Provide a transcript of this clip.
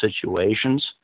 situations